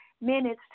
minutes